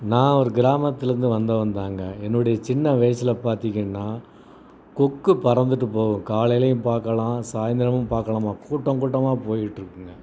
நான் ஒரு கிராமத்துலேருந்து வந்தவந்தாங்க என்னுடைய சின்ன வயசில் பார்த்தீங்கன்னா கொக்கு பறந்துட்டு போகும் காலைலேயும் பார்க்கலாம் சாயந்தரமும் பார்க்கலாமா கூட்டம் கூட்டமாக போயிக்கிட்டிருக்குங்க